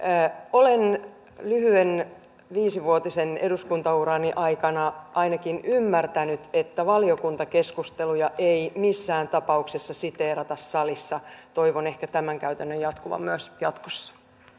olen lyhyen viisivuotisen eduskuntaurani aikana ainakin ymmärtänyt että valiokuntakeskusteluja ei missään tapauksessa siteerata salissa toivon ehkä tämän käytännön jatkuvan myös jatkossa